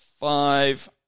five